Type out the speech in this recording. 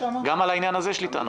גם על העניין הזה יש לי טענות.